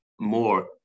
more